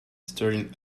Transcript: staring